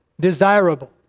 Desirable